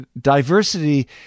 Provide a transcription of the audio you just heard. diversity